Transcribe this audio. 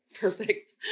Perfect